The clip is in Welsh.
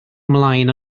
ymlaen